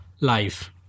life